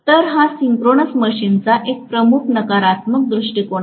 तर हा सिंक्रोनस मशीनचा एक प्रमुख नकारात्मक दृष्टिकोन आहे